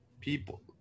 people